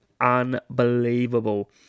unbelievable